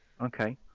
Okay